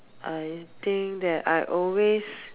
thing that I always